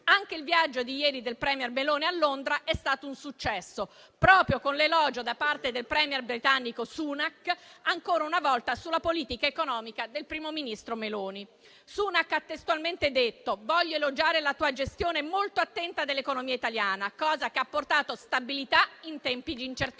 anche il viaggio di ieri del *premier* Meloni a Londra è stato un successo, con l'elogio da parte del *premier* britannico Sunak, ancora una volta sulla politica economica del primo ministro Meloni. Sunak ha testualmente detto: «Voglio elogiare la tua gestione molto attenta dell'economia italiana, cosa che ha portato stabilità in tempi di incertezza»